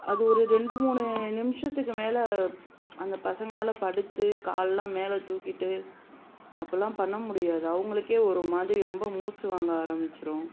அது ஒரு ரெண்டு மூணு நிமிஷத்துக்கு மேலே அந்த பசங்களால் படுத்து காலெல்லாம் மேலே தூக்கிகிட்டு அப்பிடிலாம் பண்ண முடியாது அவங்களுக்கே ஒருமாதிரி ரொம்ப மூச்சு வாங்க ஆரம்பிச்சுரும்